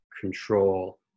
control